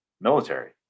Military